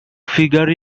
figure